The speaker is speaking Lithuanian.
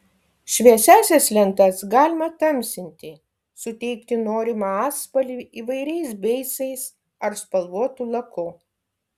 šviesiąsias lentas galima tamsinti suteikti norimą atspalvį įvairiais beicais ar spalvotu laku